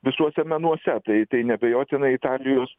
visuose menuose tai tai neabejotinai italijos